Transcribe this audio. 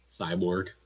Cyborg